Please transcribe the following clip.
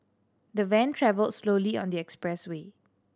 the van travelled slowly on the expressway